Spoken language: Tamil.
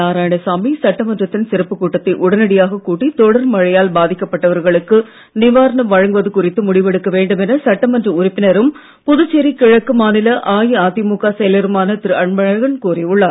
நாராயணசாமி சட்டமன்றத்தின் சிறப்புக் கூட்டத்தை உடனடியாக கூட்டி தொடர் மழையால் பாதிக்கப்பட்டவர்களுக்கு நிவாரணம் வழங்குவது குறித்து முடிவெடுக்க வேண்டும் என சட்டமன்ற உறுப்பினரும் புதுச்சேரி கிழக்கு மாநில அஇஅதிமுக செயலருமான திரு அன்பழகன் கோரியுள்ளார்